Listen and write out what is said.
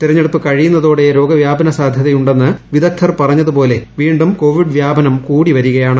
തെരഞ്ഞെടുപ്പ് കഴിയുന്നതോടെ രോഗവ്യാപന സാധ്യതയുണ്ടെന്ന് വിദഗ്ധർ പറഞ്ഞതുപോലെ വീണ്ടും കോവിഡ് വ്യാപനം കൂടി വരികയാണ്